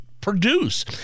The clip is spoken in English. produce